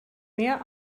mehr